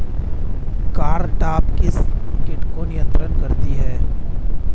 Cartap किस किट को नियंत्रित करती है?